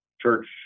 church